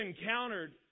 encountered